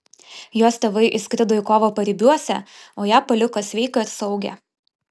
jos tėvai išskrido į kovą paribiuose o ją paliko sveiką ir saugią